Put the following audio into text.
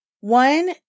One